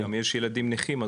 גם יש ילדים נכים.